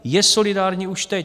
Je solidární už teď.